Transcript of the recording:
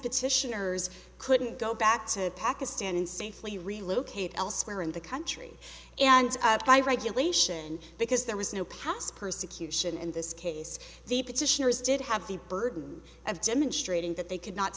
petitioners couldn't go back to pakistan and safely relocate elsewhere in the country and by regulation because there was no past persecution in this case the petitioners did have the burden of demonstrating that they could not